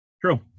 True